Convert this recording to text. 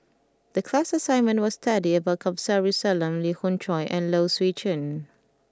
the class assignment was to study about Kamsari Salam Lee Khoon Choy and Low Swee Chen